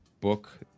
book